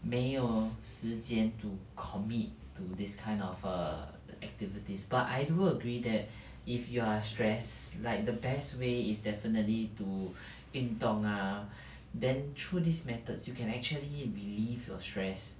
没有时间 to commit to this kind of err activities but I do agree that if you are stress like the best way is definitely too 运动 ah then through these methods you can actually relieve your stress